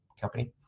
company